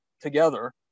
together